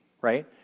right